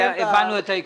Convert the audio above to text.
הבנו את העיקרון.